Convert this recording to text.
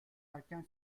erken